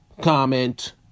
comment